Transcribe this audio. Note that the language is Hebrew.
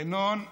ינון אזולאי.